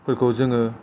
फोरखौ जोङाे